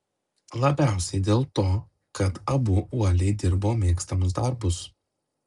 labiausiai dėl to kad abu uoliai dirbo mėgstamus darbus